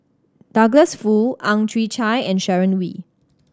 Douglas Foo Ang Chwee Chai and Sharon Wee